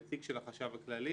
נציג של החשב הכללי